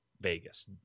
Vegas